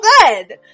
good